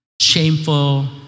shameful